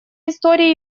истории